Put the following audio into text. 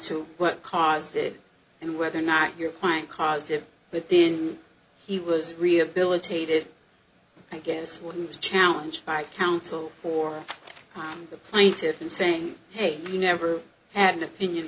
to what caused it and whether or not your client caused it but then he was rehabilitated i guess what was challenged by counsel for the plaintiffs in saying hey you never had an opinion